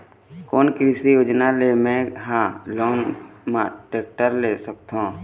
कोन कृषि योजना ले मैं हा लोन मा टेक्टर ले सकथों?